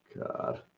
God